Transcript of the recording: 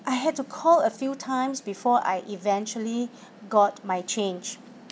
I had to call a few times before I eventually got my change